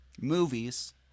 movies